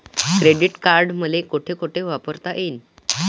Credit card मले कोठ कोठ वापरता येईन?